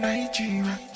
Nigeria